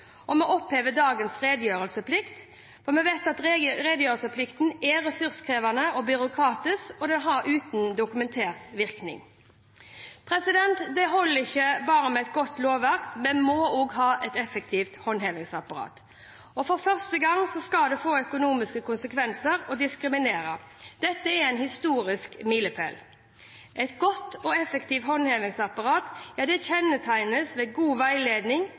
likestilling. Vi opphever dagens redegjørelsesplikt. Vi vet at redegjørelsesplikten er ressurskrevende og byråkratisk og uten dokumentert virkning. Det holder ikke bare med et godt lovverk, vi må også ha et effektivt håndhevelsesapparat. For første gang skal det få økonomiske konsekvenser å diskriminere. Dette er en historisk milepæl. Et godt og effektivt håndhevelsesapparat kjennetegnes ved god veiledning,